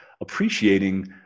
appreciating